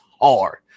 hard